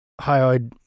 hyoid